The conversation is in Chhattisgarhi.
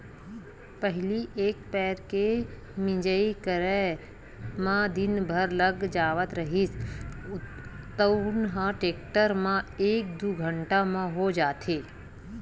पहिली एक पैर के मिंजई करे म दिन भर लाग जावत रिहिस तउन ह टेक्टर म एक दू घंटा म हो जाथे